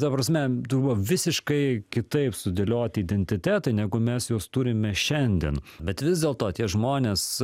ta prasme tai buvo visiškai kitaip sudėlioti identitetai negu mes juos turime šiandien bet vis dėlto tie žmonės